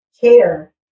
care